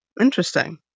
Interesting